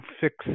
fix